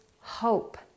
hope